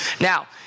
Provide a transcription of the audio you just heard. Now